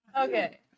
Okay